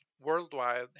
worldwide